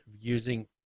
using